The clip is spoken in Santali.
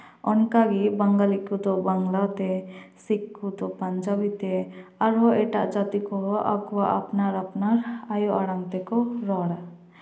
ᱚᱱᱠᱟᱜᱮ ᱵᱟᱝᱜᱟᱞᱤ ᱠᱚᱫᱚ ᱵᱟᱝᱞᱟ ᱛᱮ ᱥᱤᱠᱷ ᱠᱚᱫᱚ ᱯᱟᱧᱡᱟᱵᱤ ᱛᱮ ᱟᱨᱦᱚᱸ ᱮᱴᱟᱜ ᱡᱟᱹᱛᱤ ᱠᱚᱦᱚᱸ ᱟᱯᱱᱟᱨ ᱟᱯᱱᱟᱨ ᱟᱭᱳ ᱟᱲᱟᱝ ᱛᱮᱠᱚ ᱨᱚᱲᱟ